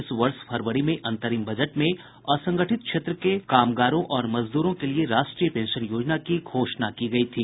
इस वर्ष फरवरी में अंतरिम बजट में असंगठित क्षेत्र के कामगारों और मजदूरों के लिए राष्ट्रीय पेंशन योजना की घोषणा की गई थी